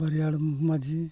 ᱵᱟᱹᱨᱤᱭᱟᱹᱲ ᱢᱟᱹᱡᱷᱤ